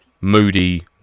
moody